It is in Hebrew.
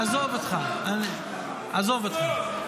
עזוב אותך, עזוב אותך.